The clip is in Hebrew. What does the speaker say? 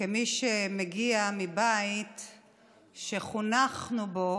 כמי שמגיעה מבית שחונכנו בו